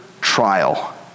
trial